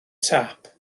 tap